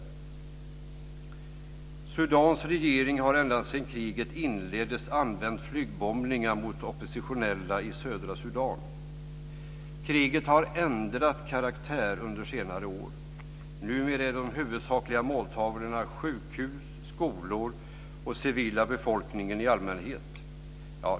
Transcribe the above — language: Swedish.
Sudans regering har ända sedan kriget inleddes använt flygbombningar mot oppositionella i södra Sudan. Kriget har ändrat karaktär under senare år. Numera är de huvudsakliga måltavlorna sjukhus, skolor och den civila befolkningen i allmänhet.